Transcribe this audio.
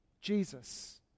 Jesus